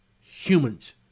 humans